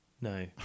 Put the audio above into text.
No